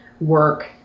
work